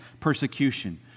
persecution